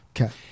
Okay